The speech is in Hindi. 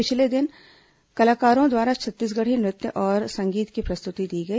पहले दिन कलाकारों द्वारा छत्तीसगढ़ी नृत्य और संगीत की प्रस्तुति दी गई